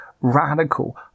radical